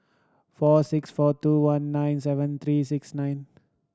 four six four two one nine seven three six nine